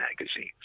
magazines